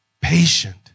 patient